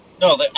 no